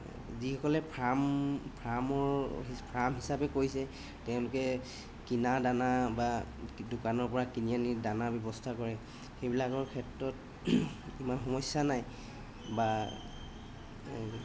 যিসকলে ফাৰ্ম ফাৰ্মৰ ফাৰ্ম হিচাপে কৰিছে তেওঁলোকে কিনা দানা বা দোকানৰ পৰা কিনি আনি দানা ব্যৱস্থা কৰে সেইবিলাকৰ ক্ষেত্ৰত ইমান সমস্যা নাই বা